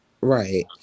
Right